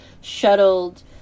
shuttled